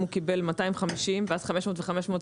אם הוא קיבל 250 ואז 500 ו-500,